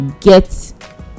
get